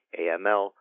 aml